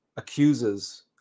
accuses